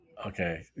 Okay